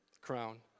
crown